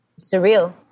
surreal